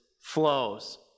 flows